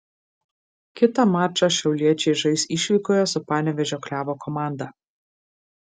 kitą mačą šiauliečiai žais išvykoje su panevėžio klevo komanda